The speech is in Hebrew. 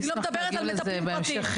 אני לא מדברת על מטפלים פרטיים.